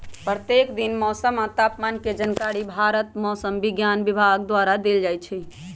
प्रत्येक दिन मौसम आ तापमान के जानकारी भारत मौसम विज्ञान विभाग द्वारा देल जाइ छइ